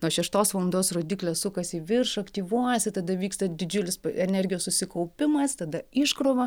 nuo šeštos valandos rodyklės sukasi į viršų aktyvuojasi tada vyksta didžiulis energijos susikaupimas tada iškrova